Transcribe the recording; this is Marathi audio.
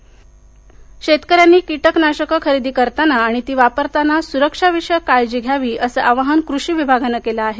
किटकनाशक यवतमाळ शेतकऱ्यांनी किटकनाशके खरेदी करतांना आणि ती वापरताना सुरक्षाविषयक काळजी घ्यावी असं आवाहन कृषी विभागाने केले आहे